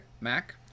Mac